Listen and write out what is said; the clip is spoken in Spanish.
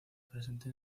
presente